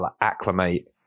acclimate